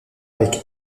avec